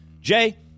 Jay